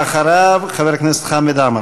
ואחריו, חבר הכנסת חמד עמאר.